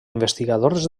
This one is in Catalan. investigadors